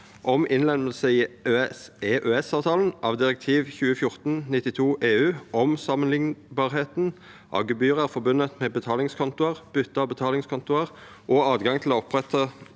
om innlemmelse i EØSavtalen av direktiv 2014/92/EU om sammenlignbarheten av gebyrer forbundet med betalingskontoer, bytte av betalingskontoer og adgang til å opprette